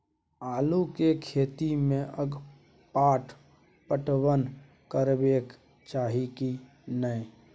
आलू के खेती में अगपाट पटवन करबैक चाही की नय?